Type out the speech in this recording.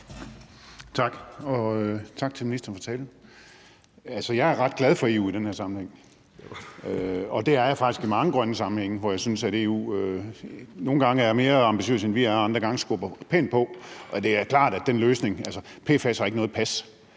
Tak, og tak til ministeren for talen. Jeg er ret glad for EU i den her sammenhæng, og det er jeg faktisk i mange grønne sammenhænge, hvor jeg synes EU nogle gange er mere ambitiøse, end vi er, og andre gange skubber pænt på. PFAS har ikke noget pas,